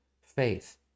faith